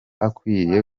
akwiriye